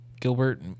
Gilbert